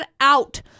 out